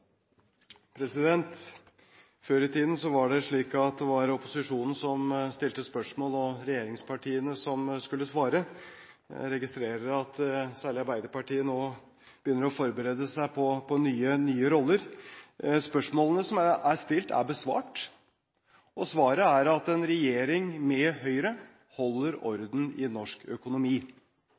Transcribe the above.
Før i tiden var det slik at det var opposisjonen som stilte spørsmål, og regjeringspartiene som skulle svare. Jeg registrerer at særlig Arbeiderpartiet nå begynner å forberede seg på nye roller. Spørsmålene som er stilt, er besvart, og svaret er at en regjering med Høyre holder orden i norsk økonomi